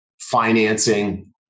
financing